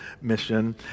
mission